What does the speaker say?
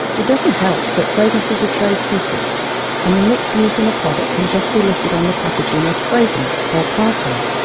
it doesn't help that fragrances are trade secrets and the mix used in a product can just be listed on the packaging as fragrance or parfum.